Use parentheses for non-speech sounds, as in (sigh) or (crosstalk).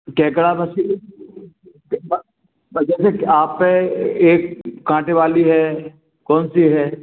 केकड़ा मछली (unintelligible) आप (unintelligible) एक काँटे वाली है कौन सी है